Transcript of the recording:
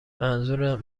منظورم